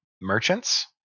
merchants